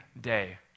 day